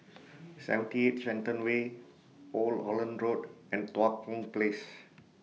seventy eight Shenton Way Old Holland Road and Tua Kong Place